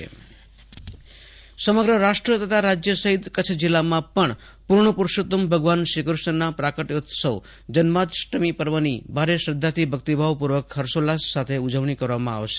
આશુતોષ અંતાણી કુષ્ણ જન્મોત્સવ સમગ્ર રાષ્ટ્ર તથા રાજ્ય સહીત કચ્છ જિલ્લામાં પણ પૂર્ણ પુરૂષોત્તમ ભગવાન શ્રી કૃષ્ણના પ્રાક્ટયોત્સવ જન્માષ્ટમી પર્વની ભારે શ્રધ્ધાથી ભક્તિભાવપૂર્વક હર્ષોલ્લાસ સાથે ઉજવણી કરવામાં આવશે